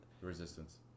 Resistance